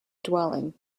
dwelling